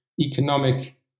economic